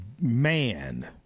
man